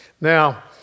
Now